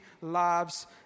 lives